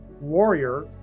warrior